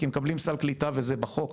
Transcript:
כי מקבלים סל קליטה וזה בחוק.